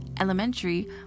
elementary